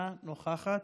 אינה נוכחת,